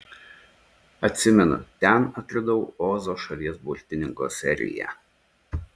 atsimenu ten atradau ozo šalies burtininko seriją